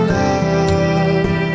love